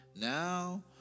now